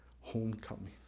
Homecoming